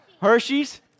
Hershey's